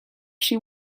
she